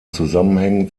zusammenhängen